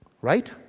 Right